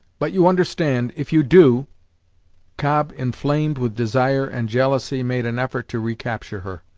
but you understand, if you do cobb, inflamed with desire and jealousy, made an effort to recapture her.